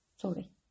Sorry